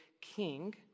king